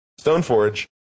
Stoneforge